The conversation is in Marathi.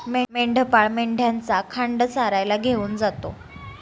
मेंढपाळ मेंढ्यांचा खांड चरायला घेऊन जातो